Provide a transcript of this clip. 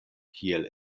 kiel